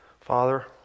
Father